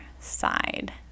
side